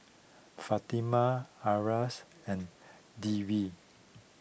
Fatimah Aras and Dewi